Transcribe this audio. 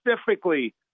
specifically